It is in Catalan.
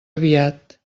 aviat